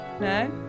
No